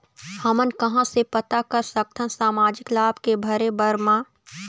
हमन कहां से पता कर सकथन सामाजिक लाभ के भरे बर मा?